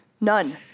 None